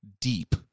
Deep